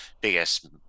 biggest